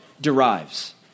derives